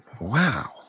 Wow